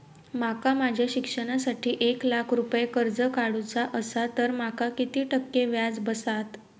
माका माझ्या शिक्षणासाठी एक लाख रुपये कर्ज काढू चा असा तर माका किती टक्के व्याज बसात?